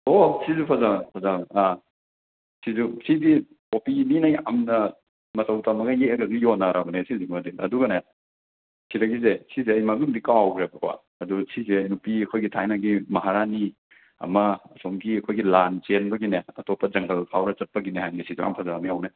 ꯑꯣ ꯁꯤꯁꯨ ꯐꯖꯕꯅꯦ ꯐꯖꯕꯅꯦ ꯑꯥ ꯁꯤꯁꯨ ꯁꯤꯗꯤ ꯀꯣꯄꯤꯅꯤꯅ ꯌꯥꯝꯅ ꯃꯇꯧ ꯇꯝꯃꯒ ꯌꯦꯛꯑꯒꯁꯨ ꯌꯣꯟꯅꯔꯕꯅꯦ ꯁꯤꯁꯤꯃꯗꯤ ꯑꯗꯨꯒꯅꯦ ꯁꯤꯗꯒꯤꯁꯦ ꯁꯤꯁꯦ ꯑꯩ ꯃꯃꯤꯡꯗꯤ ꯀꯥꯎꯈ꯭ꯔꯦꯕꯀꯣ ꯑꯗꯨ ꯁꯤꯁꯦ ꯅꯨꯄꯤ ꯑꯩꯈꯣꯏꯒꯤ ꯊꯥꯏꯅꯒꯤ ꯃꯍꯥꯔꯥꯅꯤ ꯑꯃ ꯑꯁꯣꯝꯒꯤ ꯑꯩꯈꯣꯏꯒꯤ ꯂꯥꯟ ꯆꯦꯟꯕꯒꯤꯅꯦ ꯑꯇꯣꯞꯄ ꯖꯪꯒꯜ ꯐꯥꯎꯔ ꯆꯠꯄꯒꯤꯅꯦ ꯍꯥꯏꯕꯅꯦ ꯁꯤꯗ ꯌꯥꯝꯅ ꯐꯖꯕꯅꯦ ꯌꯦꯡꯉꯨꯅꯦ